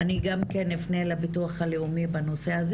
אני גם כן אפנה לביטוח הלאומי בנושא הזה